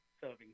serving